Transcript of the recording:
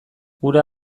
ura